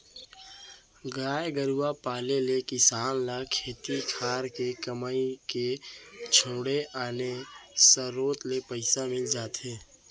गाय गरूवा पाले ले किसान ल खेती खार के कमई के छोड़े आने सरोत ले पइसा मिल जाथे